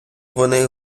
вони